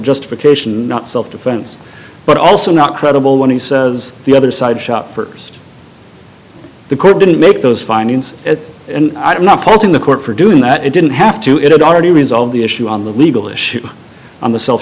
justification not self defense but also not credible when he says the other side shoppers the court didn't make those findings and i'm not faulting the court for doing that it didn't have to it would already resolve the issue on the legal issue on the self